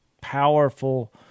powerful